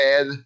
add